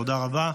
תודה רבה.